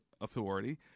authority